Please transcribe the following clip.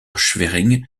schwerin